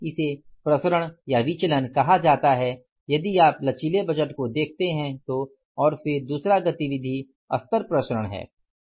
इसे प्रसरण कहा जाता है यदि आप लचीले बजट को देखते हैं तो और फिर दूसरा गतिविधि स्तर प्रसरण है